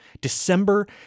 December